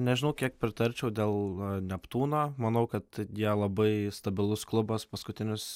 nežinau kiek pritarčiau dėl neptūno manau kad jie labai stabilus klubas paskutinius